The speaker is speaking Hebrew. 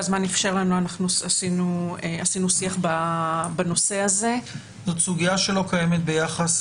ועשינו שיח בנושא הזה --- זאת לא סוגיה שקיימת ביחס